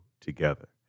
together